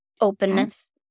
openness